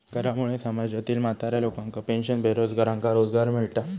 करामुळे समाजातील म्हाताऱ्या लोकांका पेन्शन, बेरोजगारांका रोजगार मिळता